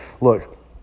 look